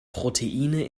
proteine